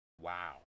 Wow